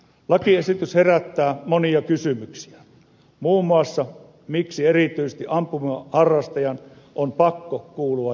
lakiesitys herättää monia kysymyksiä kuten muun muassa sen miksi erityisesti ampumaharrastajan on pakko kuulua johonkin seuraan